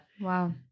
Wow